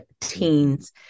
teens